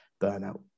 burnout